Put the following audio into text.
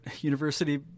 university